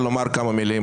לכו תקראו אותה.